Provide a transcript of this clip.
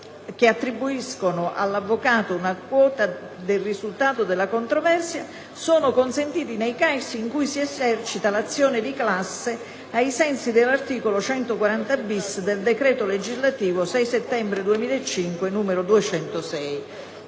che attribuiscono all'avvocato una quota del risultato della controversia sono consentiti nei casi in cui si esercita l'azione di classe ai sensi dell'articolo 140-*bis* del decreto legislativo 6 settembre 2005, n. 206».